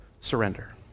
surrender